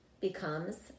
becomes